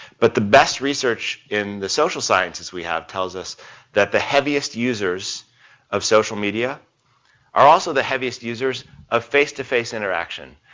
but the best research in the social sciences we have tells us that the heaviest users of social media are also the heaviest users of face-to-face interaction.